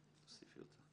תוסיפי אותה.